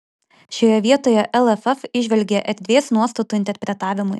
šioje vietoje lff įžvelgė erdvės nuostatų interpretavimui